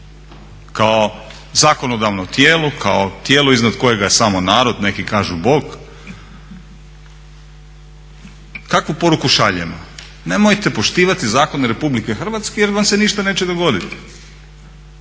kao zakonodavno tijelo, kao tijelo iznad kojega je samo narod, neki kažu Bog. Kakvu poruku šaljemo? Nemojte poštivati zakon RH jer vam se ništa neće dogoditi.